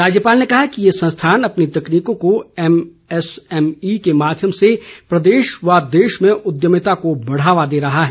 राज्यपाल ने कहा कि ये संस्थान अपनी तकनीकों को एमएसएमई के माध्यम से प्रदेश व देश में उद्यमिता को बढ़ावा दे रहा है